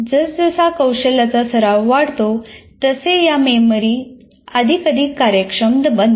जसजसा कौशल्याचा सराव वाढत जातो तसे या मेमरी अधिकाधिक कार्यक्षम बनतात